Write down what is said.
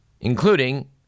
including